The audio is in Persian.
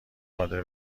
قادر